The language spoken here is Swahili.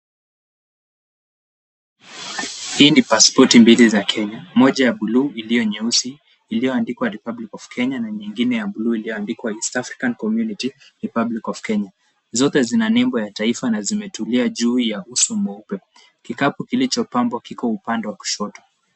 Hii ni pasipoti mbili za Kenya, moja ya buluu iliyo nyeusi, iliyoandikwa Republic of Kenya na nyingine ya buluu iliyoandikwa East African Community Republic of Kenya. Zote zina nembo ya taifa na zimetulia juu ya uso mweupe. Kikapu kilichopambwa kiko upande wa kushoto.